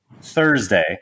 Thursday